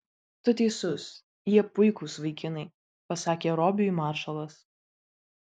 tu teisus jie puikūs vaikinai pasakė robiui maršalas